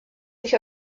sich